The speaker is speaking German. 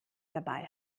dabei